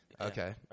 Okay